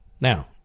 Now